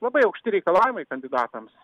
labai aukšti reikalavimai kandidatams